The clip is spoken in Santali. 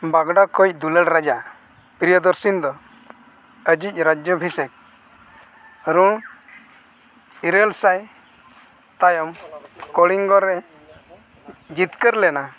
ᱵᱚᱜᱽᱲᱟ ᱠᱚᱭᱤᱡᱽ ᱫᱩᱞᱟᱹᱲ ᱨᱟᱡᱟ ᱯᱨᱤᱭᱚ ᱫᱚᱨᱥᱤᱱᱤ ᱫᱚ ᱟᱭᱤᱡ ᱨᱟᱡᱽᱡᱚ ᱚᱵᱷᱤᱥᱮᱠ ᱨᱩ ᱤᱨᱟᱹᱞ ᱥᱟᱭ ᱛᱟᱭᱚᱢ ᱠᱚᱞᱤᱝᱜᱚ ᱨᱮ ᱡᱤᱛᱠᱟᱹᱨ ᱞᱮᱱᱟ